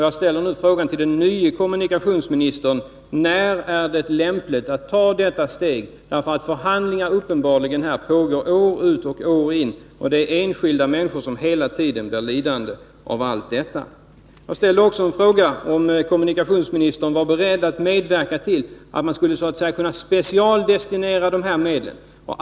Jag ställer nu frågan till den nye kommunikationsministern: När är det lämpligt att ta detta steg? Förhandlingar pågår uppenbarligen år ut och år in, och det är enskilda människor som hela tiden blir lidande av allt detta. Jag ställde också en fråga, om kommunikationsministern var beredd att medverka till att man skulle så att säga specialdestinera de här medlen.